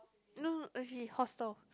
no eh he hostel